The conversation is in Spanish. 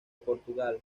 portugal